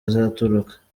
azaturuka